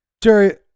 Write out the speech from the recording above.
Jerry